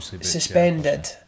suspended